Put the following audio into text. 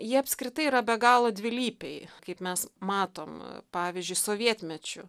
jį apskritai yra be galo dvilypiai kaip mes matom pavyzdžiui sovietmečiu